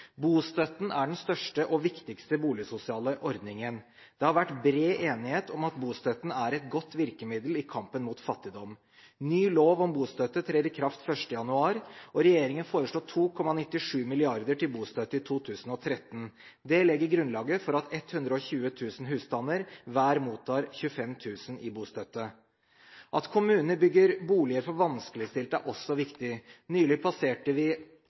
Bostøtten er den største og viktigste boligsosiale ordningen. Det har vært bred enighet om at bostøtten er et godt virkemiddel i kampen mot fattigdom. Ny lov om bostøtte trer i kraft 1. januar, og regjeringen foreslår 2,97 mrd. kr til bostøtte i 2013. Det legger grunnlaget for at 120 000 husstander hver mottar 25 000 kr i bostøtte. At kommunene bygger boliger for vanskeligstilte, er også viktig. Nylig passerte vi